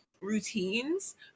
routines